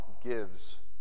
gives